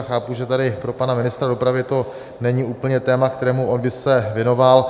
Chápu, že tady pro pana ministra dopravy to není úplně téma, kterému on by se věnoval.